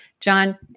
John